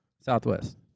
Southwest